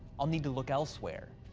i'll need to look elsewhere.